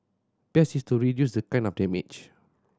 best is to reduce the kind of damage